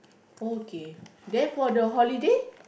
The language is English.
okay then for the holiday